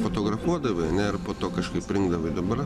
fotografuodavai ar ne ir po to kažkaip rinkdavai dabar